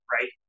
right